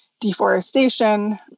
deforestation